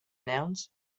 nouns